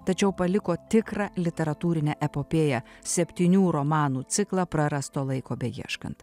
tačiau paliko tikrą literatūrinę epopėją septynių romanų ciklą prarasto laiko beieškant